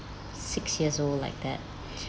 six years old like that